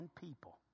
people